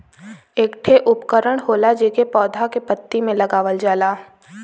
एक ठे उपकरण होला जेके पौधा के पत्ती में लगावल जाला